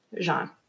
jean